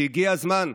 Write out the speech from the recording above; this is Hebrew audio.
כי הגיע הזמן,